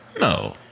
no